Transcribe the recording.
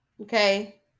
Okay